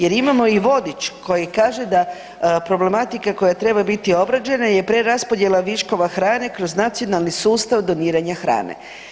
Jer imamo i vodič koji kaže da problematika koja treba biti obrađena je preraspodjela viškova hrane kroz nacionalni sustav doniranja hrane.